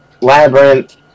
Labyrinth